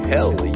Hell